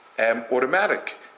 automatic